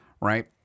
right